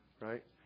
Right